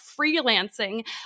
freelancing